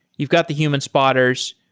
you've got the human spotters,